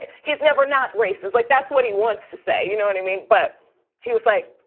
ah he's never not racist. like that's what he wants to say. you know and i mean but he was like,